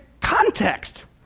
context